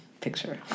picture